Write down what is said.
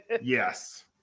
Yes